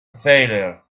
failure